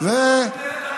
יישוב מוכר,